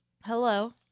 Hello